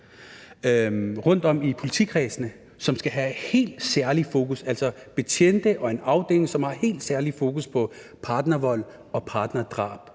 rundtom i politikredsene, som skal have helt særligt fokus, altså betjente og en afdeling, som har helt særligt fokus på partnervold og partnerdrab.